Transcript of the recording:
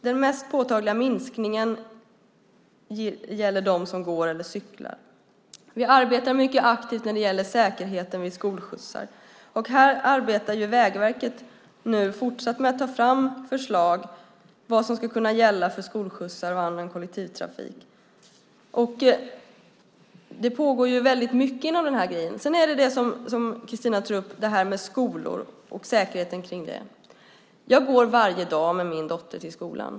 Den mest påtagliga minskningen gäller dem som går eller cyklar. Vi arbetar mycket aktivt när det gäller säkerheten vid skolskjutsar. Här arbetar Vägverket fortsatt med att ta fram förslag för vad som ska kunna gälla skolskjutsar och annan kollektivtrafik. Det pågår väldigt mycket inom den här grejen. Christina tar upp frågan om skolor och säkerheten vid dem. Jag går varje dag med min dotter till skolan.